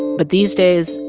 but these days,